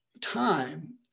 time